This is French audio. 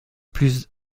plus